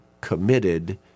committed